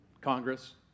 Congress